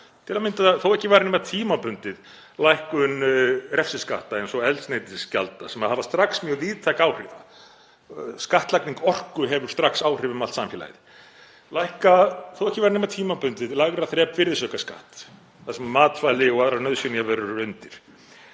til að mynda þó ekki væri nema tímabundin lækkun refsiskatta eins og eldsneytisgjalda, sem hafa strax mjög víðtæk áhrif. Skattlagning orku hefur strax áhrif um allt samfélagið. Lækka, þó ekki væri nema tímabundið, lægra þrep virðisaukaskatts þar sem matvæli og aðrar nauðsynjavörur eru undir